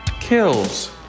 kills